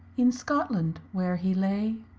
in scotland where he lay.